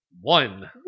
One